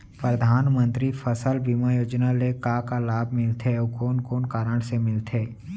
परधानमंतरी फसल बीमा योजना ले का का लाभ मिलथे अऊ कोन कोन कारण से मिलथे?